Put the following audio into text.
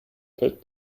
felt